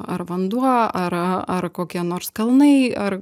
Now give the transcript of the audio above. ar vanduo ar ar ar kokie nors kalnai ar